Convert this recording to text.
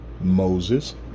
moses